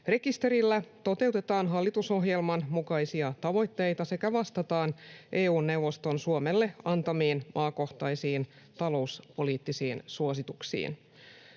Rekisterillä toteutetaan hallitusohjelman mukaisia tavoitteita sekä vastataan EU:n neuvoston Suomelle antamiin maakohtaisiin talouspoliittisiin suosituksiin.